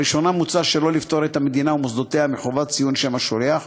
בראשונה מוצע שלא לפטור את המדינה ומוסדותיה מחובת ציון שם השולח,